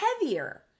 heavier